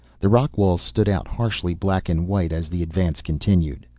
the rock walls stood out harshly black and white as the advance continued.